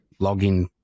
login